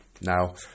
Now